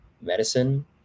medicine